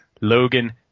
Logan